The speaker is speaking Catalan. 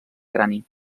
crani